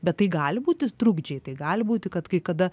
bet tai gali būti trukdžiai tai gali būti kad kai kada